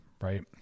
right